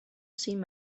seen